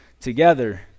together